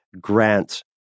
grant